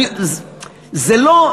זה לא,